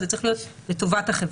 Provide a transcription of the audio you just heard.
שזה צריך להיות לטובת החברה.